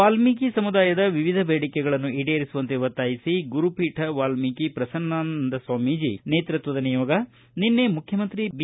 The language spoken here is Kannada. ವಾಲ್ಮೀಕಿ ಸಮುದಾಯದ ವಿವಿಧ ಬೇಡಿಕೆಗಳನ್ನು ಈಡೇರಿಸುವಂತೆ ಒತ್ತಾಯಿಸಿ ಗುರುಪೀಠ ವಾಲ್ಮಿ ಪ್ರಸನ್ನಾನಂದ ಸ್ವಾಮೀಜ ನೇತೃತ್ವದ ನಿಯೋಗ ನಿನ್ನೆ ಮುಖ್ಯಮಂತ್ರಿ ಬಿ